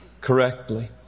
correctly